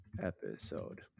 episode